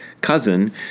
cousin